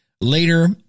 Later